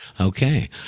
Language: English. okay